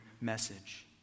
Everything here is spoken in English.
message